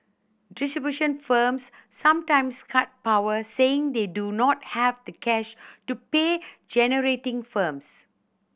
distribution firms sometimes cut power saying they do not have the cash to pay generating firms